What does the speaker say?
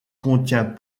contient